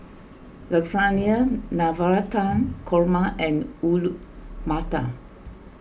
Lasagna Navratan Korma and Matar